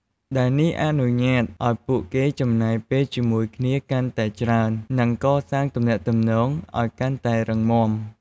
ដែលនេះអនុញ្ញាតឱ្យពួកគេចំណាយពេលជាមួយគ្នាកាន់តែច្រើន និងកសាងទំនាក់ទំនងឲ្យកាន់តែរឹងមាំ។